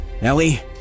Ellie